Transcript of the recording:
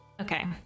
Okay